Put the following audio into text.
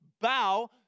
bow